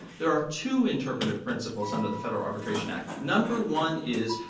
there are two interpretive principles under the federal arbitration act. number one is,